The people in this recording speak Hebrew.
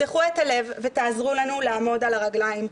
תפתחו את הלב ותעזרו לנו לעמוד על הרגליים,